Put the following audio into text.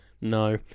No